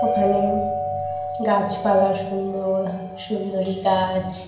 ওখানে গাছপালা সুন্দর সুন্দরী গাছ